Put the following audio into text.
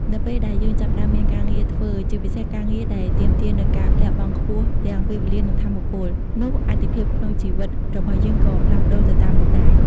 នៅពេលដែលយើងចាប់ផ្តើមមានការងារធ្វើ ជាពិសេសការងារដែលទាមទារនូវការលះបង់ខ្ពស់ទាំងពេលវេលា និងថាមពល នោះអាទិភាពក្នុងជីវិតរបស់យើងក៏ផ្លាស់ប្តូរទៅតាមនោះដែរ។